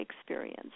experience